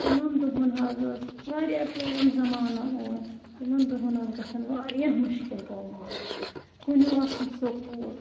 تِمَن دۄہَن حظ اوس واریاہ پرٛون زمانہ اوس تِمَن دۄہَن ٲسۍ گژھان واریاہ مُشکِل تعلیٖم پَرٕنۍ کُنہِ اوس نہٕ سکوٗل